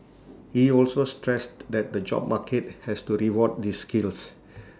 he also stressed that the job market has to reward these skills